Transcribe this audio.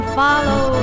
follow